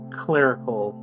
clerical